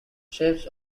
shapes